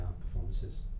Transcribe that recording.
performances